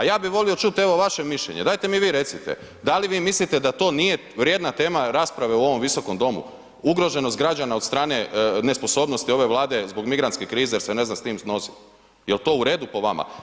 A ja bi volio čut, evo vaše mišljenje, dajte mi vi recite, da li vi mislite da to nije vrijedna tema rasprave u ovom Visokom domu, ugroženost građana od strane nesposobnosti ove Vlade zbog migrantske krize jer se ne zna s tim nosit, jel to u redu po vama?